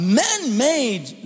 man-made